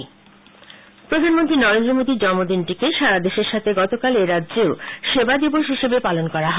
মৃথ্যমন্ত্রী প্রধানমন্ত্রী নরেন্দ্র মোদীর জন্মদিনটিকে সারা দেশের সাথে গতকাল এ রাজ্যেও সেবা দিবস হিসাবে পালন করা হয়